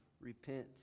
Repent